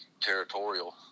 territorial